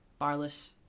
Barless